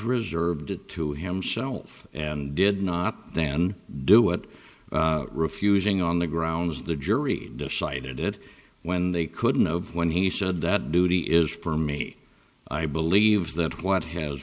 reserved it to himself and did not then do what refusing on the grounds the jury decided it when they couldn't of when he said that duty is per me i believe that what has